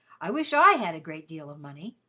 i wish i had a great deal of money.